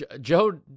Joe